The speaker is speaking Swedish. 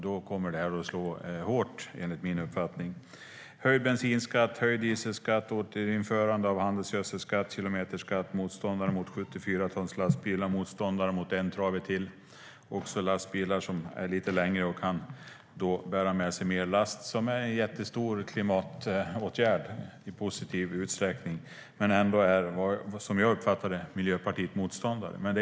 Den kommer att slå hårt, enligt min uppfattning: höjd bensinskatt, höjd dieselskatt, återinförande av handelsgödselskatt, kilometerskatt, motstånd mot 74-tonslastbilar, motstånd mot En trave till, alltså lastbilar som är lite längre och kan bära med sig mer last. Det är en jättestor klimatåtgärd i positiv bemärkelse; ändå är Miljöpartiet motståndare till det.